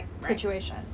situation